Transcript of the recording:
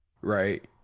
right